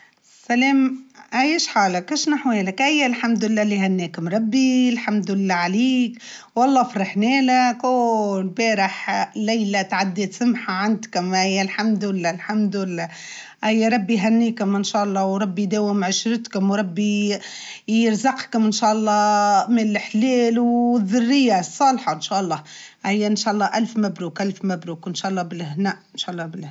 الحمد لله لهناكم ربي والله فرحت لكم الحمد لله يا ربي الحمد لله هنهار السعيد الحمد لله ربي يداوم عشرتكم وربي فرحكم وربي ديما إن شاء الله ديما سعداء وإن شاء الله تروا كان الخير والبركة في العرس اللي عملته يا ربي يهنيكم.